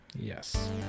Yes